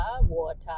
water